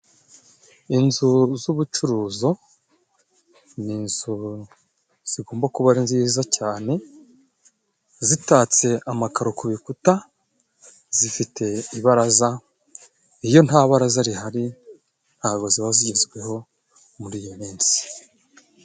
Inzu z'ubucuruzo ni inzu zigomba kuba ari nziza cane zitatse amakaro ku bikuta, zifite ibaraza, iyo nta bararaza rihari ntaho ziba zigezweho muri iyi minsi.